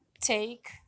Take